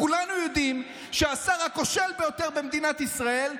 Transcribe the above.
כולנו יודעים שהשר הכושל ביותר במדינת ישראל,